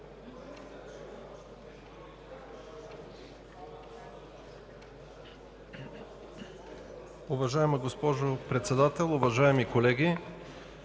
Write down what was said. Уважаема госпожо Председател, уважаеми колеги